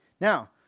Now